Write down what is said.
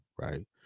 right